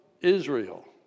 Israel